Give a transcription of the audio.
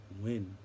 win